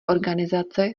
organizace